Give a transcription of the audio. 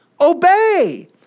obey